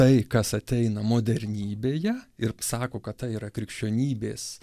tai kas ateina modernybėje ir sako kad tai yra krikščionybės